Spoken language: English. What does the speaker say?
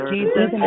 Jesus